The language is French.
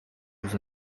vous